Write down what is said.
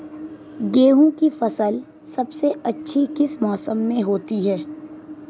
गेंहू की फसल सबसे अच्छी किस मौसम में होती है?